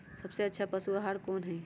सबसे अच्छा पशु आहार कोन हई?